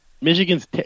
Michigan's